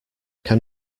can